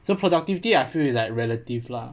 so productivity I feel it's like relative lah